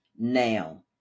now